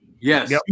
yes